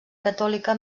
catòlica